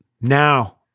Now